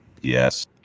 Yes